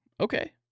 okay